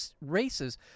races